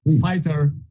Fighter